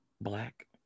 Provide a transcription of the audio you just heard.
black